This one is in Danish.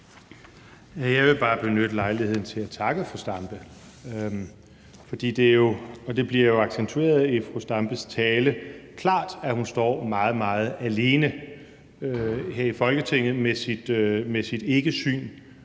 Jeg vil bare benytte lejligheden til at takke fru Zenia Stampe. Det bliver jo accentueret klart i fru Zenia Stampes tale, at hun står meget, meget alene her i Folketinget med sit ikkesyn